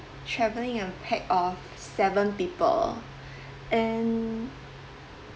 travelling a pack of seven people and